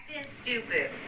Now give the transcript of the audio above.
stupid